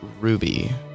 Ruby